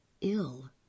ill